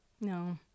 No